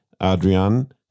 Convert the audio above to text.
Adrian